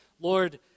Lord